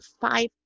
five